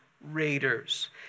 raiders